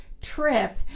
trip